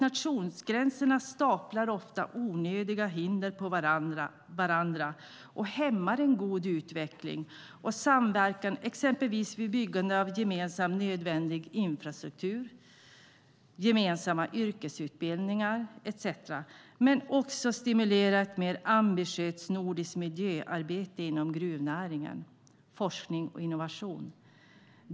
Nationsgränserna staplar ofta onödiga hinder på varandra och hämmar en god utveckling och samverkan, exempelvis vid byggande av gemensam, nödvändig infrastruktur, gemensamma yrkesutbildningar etcetera, men det gäller också att stimulera ett mer ambitiöst nordiskt miljöarbete inom gruvnäringen, med forskning och innovation.